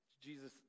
Jesus